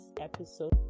episode